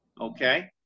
okay